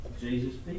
Jesus